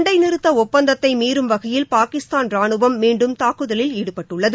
சண்டை நிறத்த ஒப்பந்தத்தை மீறும் வகையில் பாகிஸ்தான் ராணுவம் மீண்டும் தாக்குலில் ஈடுபட்டுள்ளது